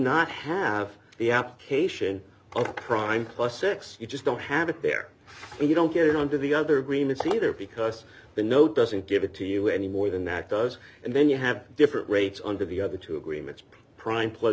not have the application of prime plus x you just don't have it there and you don't get it under the other agreements either because the note doesn't give it to you any more than that does and then you have different rates under the other two agreements prime plus